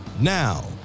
Now